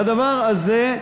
והדבר הזה,